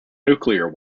nuclear